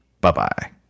Bye-bye